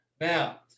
Now